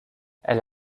elle